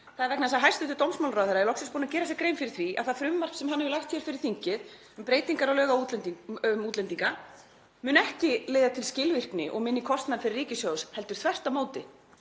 Það er vegna þess að hæstv. dómsmálaráðherra er loksins búinn að gera sér grein fyrir því að það frumvarp sem hann hefur lagt fyrir þingið, um breytingar á lögum um útlendinga, mun ekki leiða til skilvirkni og minni kostnaðar fyrir ríkissjóð heldur þvert á móti.